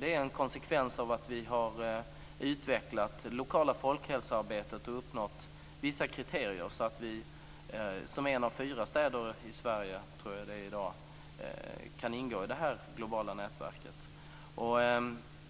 Det är en konsekvens av att vi har utvecklat det lokala folkhälsoarbetet och uppnått vissa kriterier, så att vi som en av fyra städer i Sverige, tror jag att det är i dag, kan ingå i det här globala nätverket.